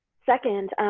second,